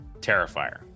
Terrifier